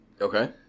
Okay